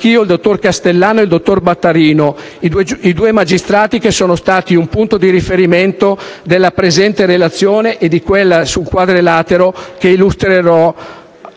il dottor Castellano e il dottor Battarino, i due magistrati che sono stati un punto di riferimento della presente relazione e di quella sul Quadrilatero, che mi